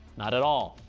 not at all,